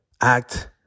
act